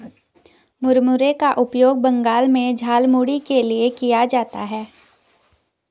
मुरमुरे का उपयोग बंगाल में झालमुड़ी के लिए किया जाता है